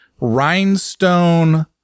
rhinestone